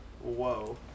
Whoa